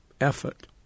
effort